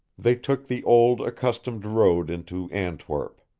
they took the old accustomed road into antwerp.